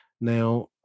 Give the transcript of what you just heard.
now